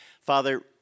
Father